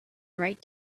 right